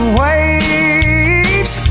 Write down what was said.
waves